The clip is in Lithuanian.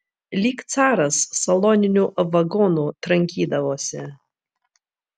lyg caras saloniniu vagonu trankydavosi